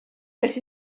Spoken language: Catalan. els